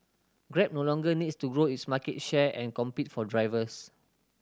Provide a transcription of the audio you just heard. grab no longer needs to grow its market share and compete for drivers